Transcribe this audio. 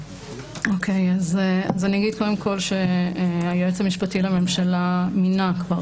אני אגיד קודם כל שהיועץ המשפטי לממשלה מינה כבר